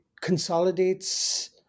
consolidates